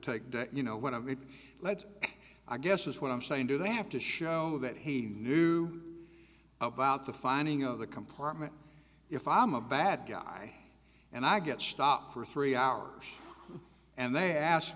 take you know what i mean let's i guess is what i'm saying do they have to show that he knew about the finding of the compartment if i'm a bad guy and i get stopped for three hours and they asked